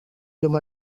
llum